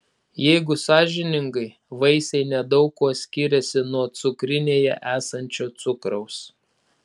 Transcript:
jeigu sąžiningai vaisiai nedaug kuo skiriasi nuo cukrinėje esančio cukraus